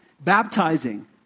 baptizing